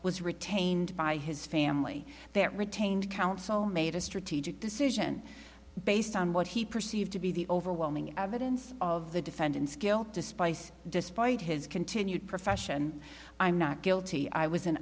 was retained by his family retained counsel made a strategic decision based on what he perceived to be the overwhelming evidence of the defendant's guilt to spice despite his continued profession i'm not guilty i was in